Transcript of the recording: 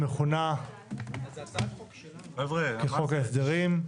המכונה כחוק ההסדרים.